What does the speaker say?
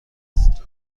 است